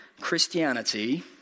Christianity